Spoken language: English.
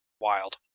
wild